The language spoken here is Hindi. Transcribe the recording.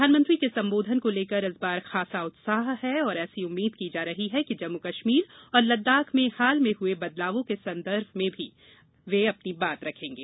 प्रधानमंत्री के संबोधन को लेकर इस बार खासा उत्साह है और एसी उम्मीद की जा रही है कि जम्मू कश्मीर और लद्दाख में हाल में हुए बदलाओं के संदर्भ में भी अपनी बात रखेंगे